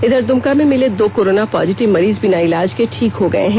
इधर दुमका में मिले दो कोरोना पॉजिटिव मरीज बिना इलाज के ठीक हो गये हैं